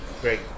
great